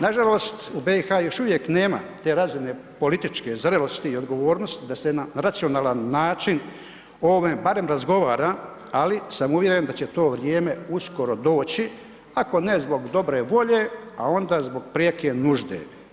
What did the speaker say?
Nažalost, u BiH-u još uvijek nema te razine političke zrelosti i odgovornosti da se na racionalan način o ovome barem razgovara ali sam uvjeren da će to vrijeme uskoro doći, ako ne zbog dobre volje a onda zbog prijeke nužde.